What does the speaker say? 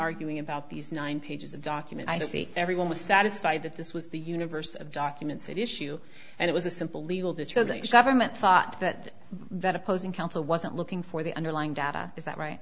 arguing about these nine pages of documents to see everyone was satisfied that this was the universe of documents at issue and it was a simple legal determination of or met thought that that opposing counsel wasn't looking for the underlying data is that right